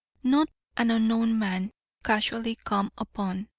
not an unknown man casually come upon,